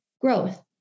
growth